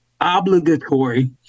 obligatory